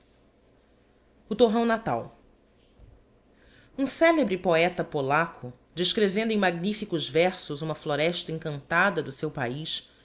o torrão natal um celebre poela polaco descrevendo em magnificou tersos uma floresla encarnada do seu paiz